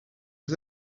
was